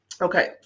okay